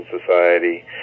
Society